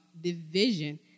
division